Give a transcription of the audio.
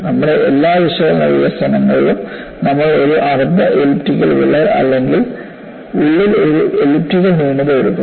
നമ്മുടെ എല്ലാ വിശകലന വികസനത്തിലും നമ്മൾ ഒരു അർദ്ധ എലിപ്റ്റിക്കൽ വിള്ളൽ അല്ലെങ്കിൽ ഉള്ളിൽ ഒരു എലിപ്റ്റിക്കൽ ന്യൂനത എടുക്കും